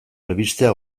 albistea